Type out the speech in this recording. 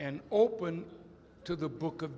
and open to the book